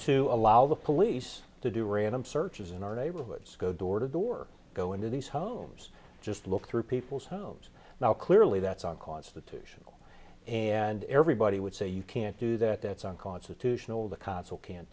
to allow the police to do random searches in our neighborhoods go door to door go into these homes just look through people's homes now clearly that's unconstitutional and everybody would say you can't do that that's unconstitutional the consul can't